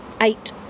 eight